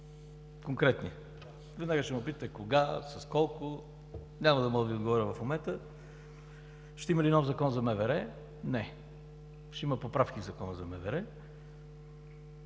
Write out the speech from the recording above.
РАДЕВ: Веднага ще ме питате кога и с колко. Няма да мога да Ви отговоря в момента. Ще има ли нов Закон за МВР? – Не, ще има поправки в Закона за МВР.